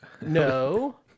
No